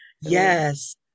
Yes